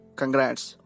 congrats